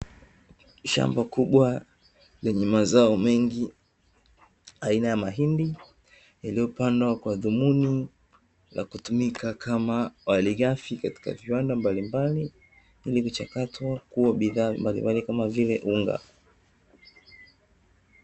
Shamba kubwa lenye mazao mengi aina ya mahindi yaliyopandwa kwa dhumini la kutumika kama marighafi katika viwanda mbalimbali ili kuchakata na kuwa bidhaa mbalimbali kama vile unga.